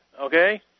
okay